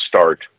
start